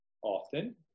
often